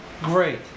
great